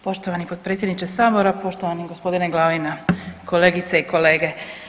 Poštovani potpredsjedniče Sabora, poštovani gospodine Glavina, kolegice i kolege.